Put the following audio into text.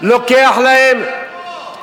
אבל הוא נולד פה.